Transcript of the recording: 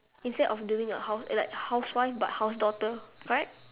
instead of doing a house eh like housewife but house daughter correct